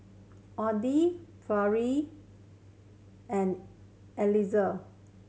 Audie and Eliezer